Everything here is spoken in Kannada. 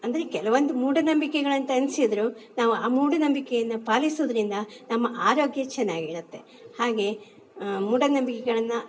ಅಂದರೆ ಕೆಲವೊಂದು ಮೂಢನಂಬಿಕೆಗಳಂತ ಅನಿಸಿದ್ರೂ ನಾವು ಆ ಮೂಢನಂಬಿಕೆಯನ್ನು ಪಾಲಿಸುವುದ್ರಿಂದ ನಮ್ಮ ಆರೋಗ್ಯ ಚೆನ್ನಾಗಿರುತ್ತೆ ಹಾಗೇ ಮೂಢನಂಬಿಕೆಗಳನ್ನು